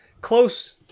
close